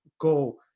go